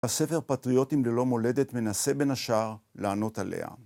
הספר "פטריוטים ללא מולדת" מנסה בין השאר לענות עליה.